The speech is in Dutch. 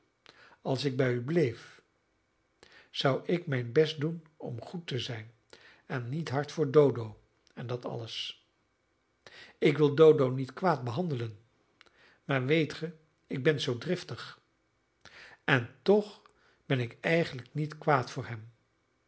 als ik bij u bleef zou ik mijn best doen om goed te zijn en niet hard voor dodo en dat alles ik wil dodo niet kwaad behandelen maar weet ge ik ben zoo driftig en toch ben ik eigenlijk niet kwaad voor hem